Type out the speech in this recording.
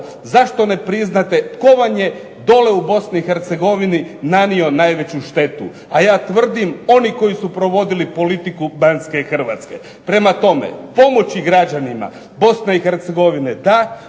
zašto ne priznate tko vam je dole u BiH nanio najveću štetu? A ja tvrdim oni koji su provodili politiku Banske Hrvatske. Prema tome, pomoći građanima BiH da